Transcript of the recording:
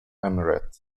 emirate